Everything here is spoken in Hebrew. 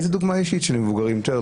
איזה דוגמה אישית שלמבוגרים מותר,